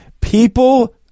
People